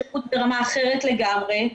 שירות ברמה אחרת לגמרי,